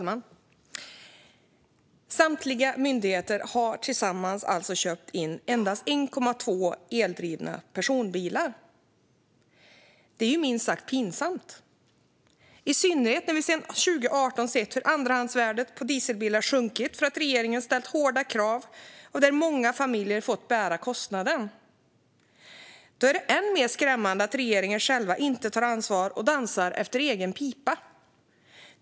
Herr talman! Myndigheterna har tillsammans alltså köpt in endast 1,2 procent eldrivna personbilar. Det är ju minst sagt pinsamt, i synnerhet när vi sedan 2018 sett hur andrahandsvärdet på dieselbilar har sjunkit för att regeringen har ställt hårda krav. Många familjer har fått bära den kostnaden. Då är det än mer skrämmande att regeringen själv inte tar ansvar och dansar efter egen pipa.